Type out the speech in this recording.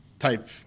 type